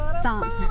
Song